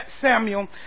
Samuel